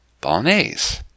bolognese